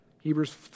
Hebrews